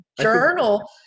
journal